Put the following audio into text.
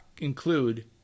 include